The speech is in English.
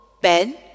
Ben